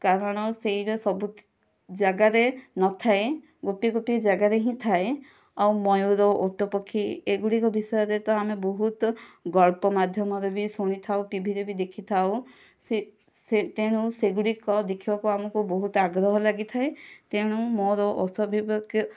କାରଣ ସେଇର ସବୁ ଯାଗାରେ ନଥାଏ ଗୋଟିଏ ଗୋଟିଏ ଯାଗାରେ ହିଁ ଥାଏ ଆଉ ମୟୁର ଓଟ ପକ୍ଷୀ ଏଗୁଡ଼ିକ ବିଷୟରେ ତ ଆମେ ବହୁତ ଗଳ୍ପ ମାଧ୍ୟମରେ ବି ଶୁଣିଥାଉ ଟିଭିରେ ବି ଦେଖିଥାଉ ସେ ସେ ତେଣୁ ସେ ଗୁଡ଼ିକ ଦେଖିବାକୁ ଆମକୁ ବହୁତ ଆଗ୍ରହ ଲାଗିଥାଏ ତେଣୁ ମୋର ଅସ୍ୱଭାବିକ